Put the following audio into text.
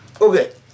Okay